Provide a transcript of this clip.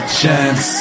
chance